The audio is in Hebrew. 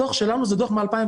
הדוח שלנו הוא דוח מ-2015,